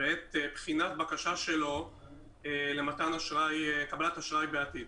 בעת בחינת בקשה שלו לקבלת אשראי בעתיד.